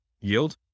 yield